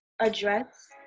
address